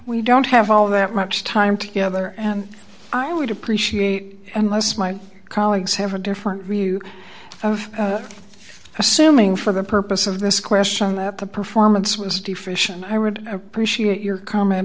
we don't have all that much time together and i would appreciate and less my colleagues have a different view of assuming for the purpose of this question that the performance was deficient i would appreciate your comment